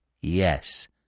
Yes